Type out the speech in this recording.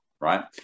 right